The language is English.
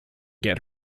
get